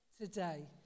today